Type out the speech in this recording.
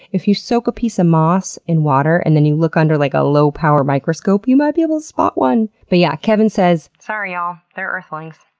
if you soak a piece of moss in water and you look under like a low power microscope, you might be able to spot one! but yeah, kevin says, sorry, y'all, they're earthlings.